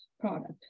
product